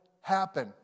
happen